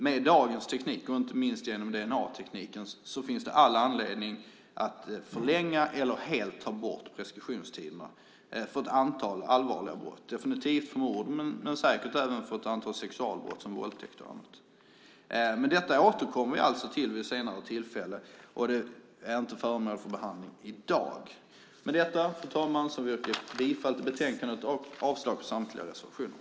Med dagens teknik, inte minst med dna-tekniken, finns det all anledning att förlänga eller att helt ta bort preskriptionstiden för ett antal allvarliga brott - definitivt för mord men säkert även för ett antal sexualbrott, till exempel våldtäkter. Detta återkommer vi alltså vid ett senare tillfälle till; det är ju inte föremål för behandling här i dag. Med detta, fru talman, yrkar jag bifall till utskottets förslag i betänkandet och avslag på samtliga reservationer.